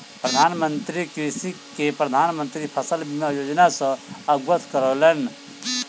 प्रधान मंत्री कृषक के प्रधान मंत्री फसल बीमा योजना सॅ अवगत करौलैन